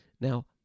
Now